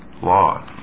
Law